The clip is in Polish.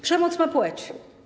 Przemoc ma płeć.